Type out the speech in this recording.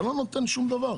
זה לא נותן שום דבר.